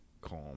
calm